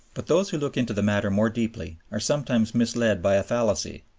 but those who look into the matter more deeply are sometimes misled by a fallacy,